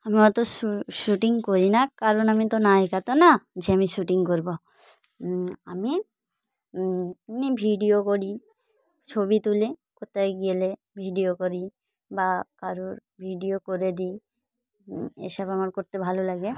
আমি অত শু শ্যুটিং করি না কারণ আমি তো নায়িকা তো না যে আমি শুটিং করব আমি এমনি ভিডিও করি ছবি তুলি কোথাও গেলে ভিডিও করি বা কারোর ভিডিও করে দিই এসব আমার করতে ভালো লাগে